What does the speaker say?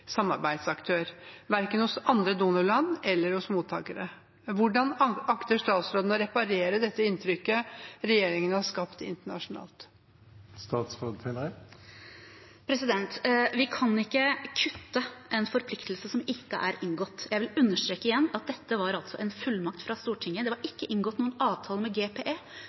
samarbeidsaktør, verken hos andre donorland eller hos mottakere. Hvordan akter statsråden å reparere det inntrykket regjeringen har skapt internasjonalt? Vi kan ikke kutte en forpliktelse som ikke er inngått. Jeg vil igjen understreke at dette var en fullmakt fra Stortinget, det var ikke inngått noen avtale med